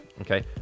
okay